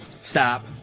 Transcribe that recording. Stop